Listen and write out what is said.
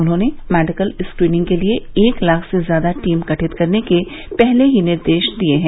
उन्होंने medical screening के लिये एक लाख से ज्यादा टीम गठित करने के पहले ही निर्देश दे दिये हैं